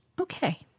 Okay